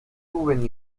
suben